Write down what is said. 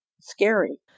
Scary